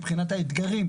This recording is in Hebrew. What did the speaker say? מבחינת האתגרים.